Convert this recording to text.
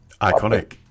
Iconic